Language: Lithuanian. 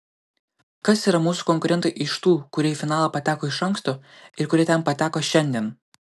kas yra mūsų konkurentai iš tų kurie į finalą pateko iš anksto ir kurie ten pateko šiandien